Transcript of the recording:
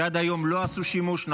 שעד היום לא עשו שימוש בזה.